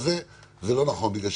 אדוני היושב-ראש,